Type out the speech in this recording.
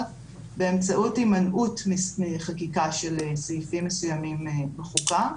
באמצעות הימנעות מחקיקה של סעיפים מסוימים בחוקה.